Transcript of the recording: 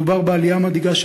מדובר בעלייה מדאיגה,